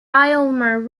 aylmer